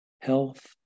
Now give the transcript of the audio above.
health